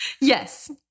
yes